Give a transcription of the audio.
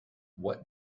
what